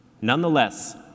Nonetheless